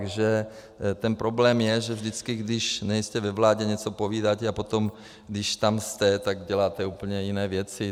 Takže ten problém je, že vždycky když nejste ve vládě, něco povídáte, a potom, když tam jste, tak děláte úplně jiné věci.